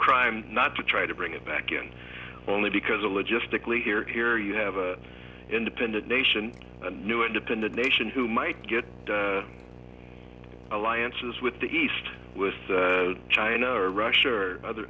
crime not to try to bring it back in only because a logistically here here you have an independent nation a new independent nation who might get alliances with the east with china or russia or other